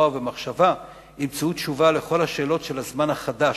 ובמחשבה ימצאו תשובה לכל השאלות של הזמן החדש,